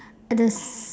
at the s~